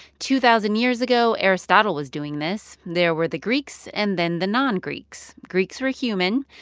two-thousand years ago, aristotle was doing this. there were the greeks and then the non-greeks. greeks were human.